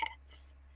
pets